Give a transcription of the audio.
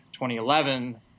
2011